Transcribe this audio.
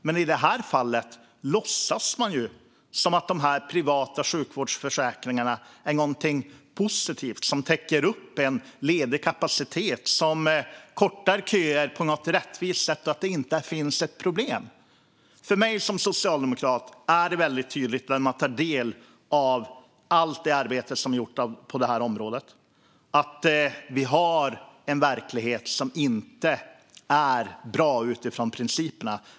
I det här fallet låtsas man som om privata sjukvårdsförsäkringar är någonting positivt som fyller ledig kapacitet och kortar köerna på något rättvist sätt och att det inte finns något problem. För mig som socialdemokrat är det väldigt tydligt när man tar del av allt det arbete som gjorts på området att verkligheten inte är bra utifrån principerna.